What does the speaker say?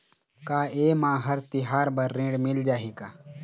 का ये मा हर तिहार बर ऋण मिल जाही का?